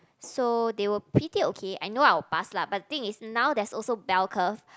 so they were pretty okay I know I will pass lah but the thing is now there's also bell curve